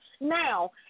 Now